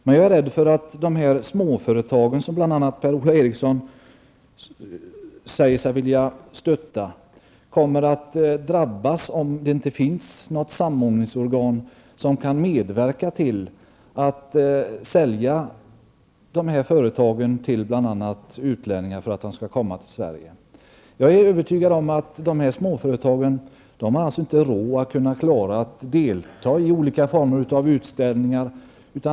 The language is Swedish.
Men jag är rädd för att småföretagen, som bl.a. Per-Ola Eriksson säger sig vilja stötta, kommer att drabbas om det inte finns något samordningsorgan som kan medverka till att ''sälja'' företagen till bl.a. utlänningar för att de skall komma till Sverige. Småföretagen har inte råd att delta i olika former av utställningar.